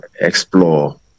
explore